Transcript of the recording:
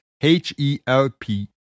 H-E-L-P